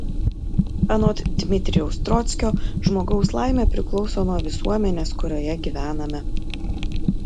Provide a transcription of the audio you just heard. anot dmitrijaus trockio žmogaus laimė priklauso nuo visuomenės kurioje gyvename